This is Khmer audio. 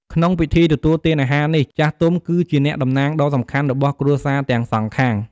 ក្នុងពិធីទទួលទានអាហារនេះ ចាស់ទុំគឺជា អ្នកតំណាង ដ៏សំខាន់របស់គ្រួសារទាំងសងខាង។